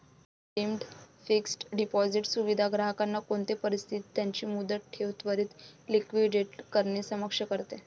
redeemed fixed deposit सुविधा ग्राहकांना कोणते परिस्थितीत त्यांची मुदत ठेव त्वरीत लिक्विडेट करणे सक्षम करते